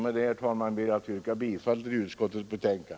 Med detta, herr talman, ber jag att få yrka bifall till utskottets hemställan.